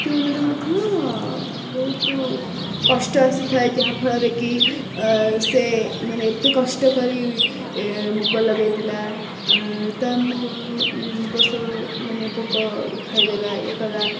କୃଷିମାନେ ମଧ୍ୟ ବହୁତ କଷ୍ଟ ଆସିଥାଏ ଯାହାଫଳରେ କି ସେ ମାନେ ଏତେ କଷ୍ଟ କରି ମୁଗ ଲଗାଇ ଥିଲା ତା ମୁଗ ମୁଗ ସବୁ ମାନେ ପୋକ ଖାଇ ଦେଲା ଇଏ କଲା